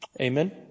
Amen